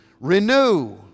Renew